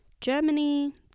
germany